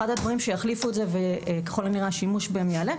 אחד הדברים שיחליפו את זה וככל הנראה השימוש בהם יעלה,